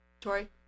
Tori